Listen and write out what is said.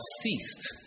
ceased